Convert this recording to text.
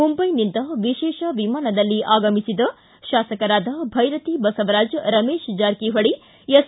ಮುಂಬೈನಿಂದ ವಿಶೇಷ ವಿಮಾನದಲ್ಲಿ ಆಗಮಿಸಿದ ಶಾಸಕರಾದ ಭೈರತಿ ಬಸವರಾಜ್ ರಮೇಶ್ ಜಾರಕಿಹೊಳಿ ಎಸ್